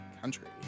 country